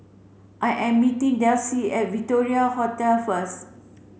I am meeting Delsie at Victoria Hotel first